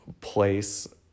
place